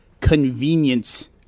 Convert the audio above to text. convenience